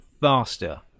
faster